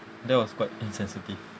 that was quite insensitive